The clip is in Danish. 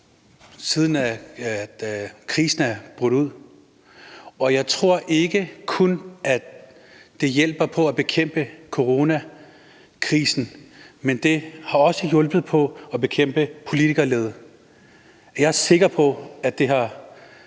siden krisen brød ud, og jeg tror ikke kun, det hjælper på at bekæmpe coronakrisen, men det har også hjulpet på at bekæmpe politikerlede. Jeg er sikker på, at det har